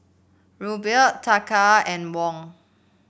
Ruble Taka and Won